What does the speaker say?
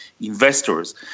investors